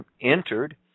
entered